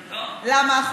ריבונו של עולם,